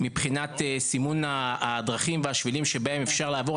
מבחינת סימון הדרכים והשבילים שבהם אפשר לעבור.